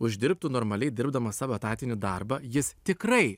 uždirbtų normaliai dirbdamas savo etatinį darbą jis tikrai